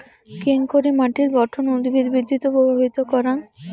কেঙকরি মাটির গঠন উদ্ভিদ বৃদ্ধিত প্রভাবিত করাং?